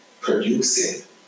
producing